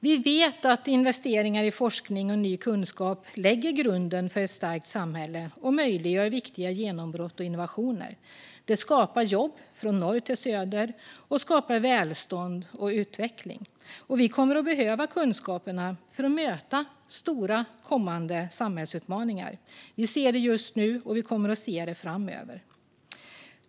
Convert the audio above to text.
Vi vet att investeringar i forskning och ny kunskap lägger grunden för ett starkt samhälle och möjliggör viktiga genombrott och innovationer. Det skapar jobb från norr till söder, och det skapar välstånd och utveckling. Och vi kommer att behöva kunskaperna för att möta stora, kommande samhällsutmaningar. Vi ser det just nu, och vi kommer att se det framöver.